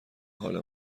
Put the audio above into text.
حال